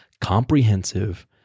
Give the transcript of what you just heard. comprehensive